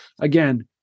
again